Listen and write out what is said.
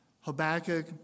Habakkuk